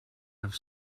have